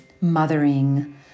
mothering